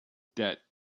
debt